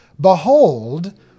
Behold